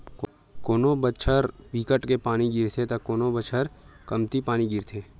कोनो बछर बिकट के पानी गिरथे त कोनो बछर बिकट कमती पानी गिरथे